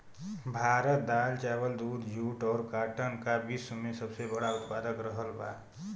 भारत दाल चावल दूध जूट और काटन का विश्व में सबसे बड़ा उतपादक रहल बा